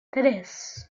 tres